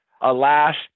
Alas